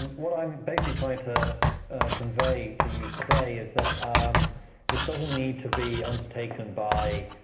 what i'm basically trying to convey to you today is that this doesn't need to be undertaken by